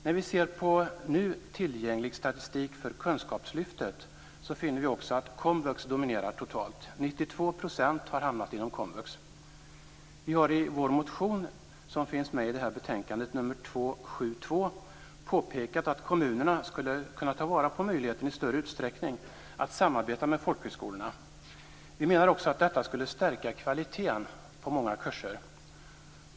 När vi ser på nu tillgänglig statistik för kunskapslyftet finner vi också att komvux dominerar totalt: 92 % har hamnat inom komvux. Vi har i vår motion Kr272, som behandlas i det här betänkandet, påpekat att kommunerna i större utsträckning skulle kunna ta vara på möjligheten att samarbeta med folkhögskolorna. Detta skulle också höja kvaliteten på många kurser.